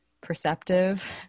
Perceptive